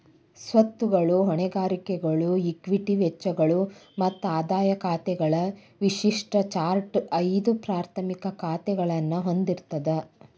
ಸ್ವತ್ತುಗಳು, ಹೊಣೆಗಾರಿಕೆಗಳು, ಇಕ್ವಿಟಿ ವೆಚ್ಚಗಳು ಮತ್ತ ಆದಾಯ ಖಾತೆಗಳ ವಿಶಿಷ್ಟ ಚಾರ್ಟ್ ಐದು ಪ್ರಾಥಮಿಕ ಖಾತಾಗಳನ್ನ ಹೊಂದಿರ್ತದ